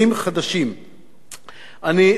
אני סברתי בעבר, ואני סבור גם היום,